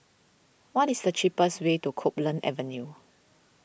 what is the cheapest way to Copeland Avenue